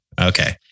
okay